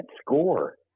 score